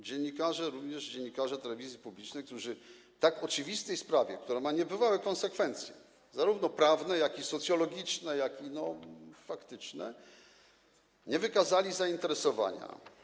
Dziennikarze, również dziennikarze telewizji publicznej, którzy w tak oczywistej sprawie, która ma niebywałe konsekwencje zarówno prawne, jak i socjologiczne, jak i faktyczne, nie wykazali zainteresowania.